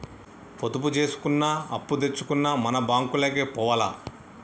పొదుపు జేసుకున్నా, అప్పుదెచ్చుకున్నా మన బాంకులకే పోవాల